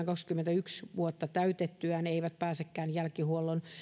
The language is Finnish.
kaksikymmentäyksi vuotta täytettyään eivät pääsekään jälkihuollon